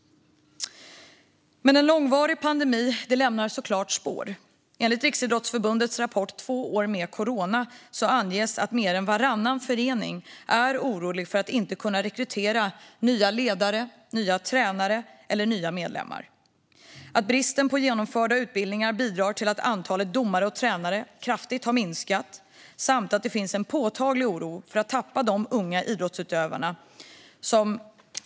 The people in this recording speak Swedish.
Men en långvarig pandemi lämnar såklart sina spår. Enligt Riksidrottsförbundets rapport Två år med corona anges att mer än varannan förening är orolig för att inte kunna rekrytera nya ledare, nya tränare eller nya medlemmar. Rapporten visar också att bristen på genomförda utbildningar bidrar till att antalet domare och tränare kraftigt har minskat samt att det finns en påtaglig oro för att tappa de unga idrottsutövarna.